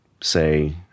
say